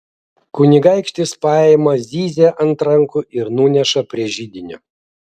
kunigaikštis paima zyzią ant rankų ir nuneša prie židinio